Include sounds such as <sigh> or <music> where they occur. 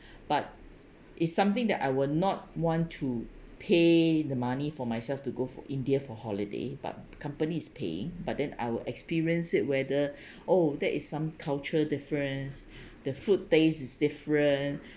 but it's something that I would not want to pay the money for myself to go for india for holiday but company is paying but then I'll experience it whether <breath> oh that is some culture difference <breath> the food taste is different